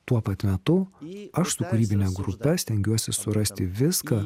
tuo pat metu aš su kūrybine grupe stengiuosi surasti viską